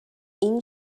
این